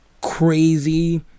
crazy